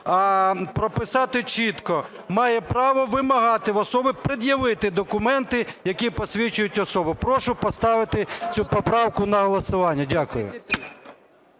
а прописати чітко: має право вимагати в особи пред'явити документи, які посвідчують особу. Прошу поставити цю поправку на голосування. Дякую.